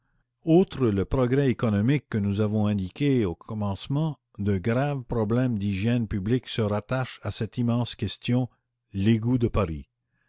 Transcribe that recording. outre le progrès économique que nous avons indiqué en commençant de graves problèmes d'hygiène publique se rattachent à cette immense question l'égout de paris